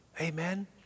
Amen